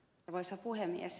arvoisa puhemies